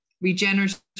regenerative